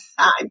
time